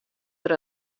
der